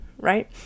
right